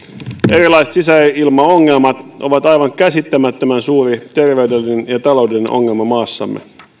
erilaiset sisäilmaongelmat ovat aivan käsittämättömän suuri terveydellinen ja taloudellinen ongelma maassamme